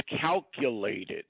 calculated